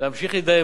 מכיוון שהצעת החוק,